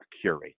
curate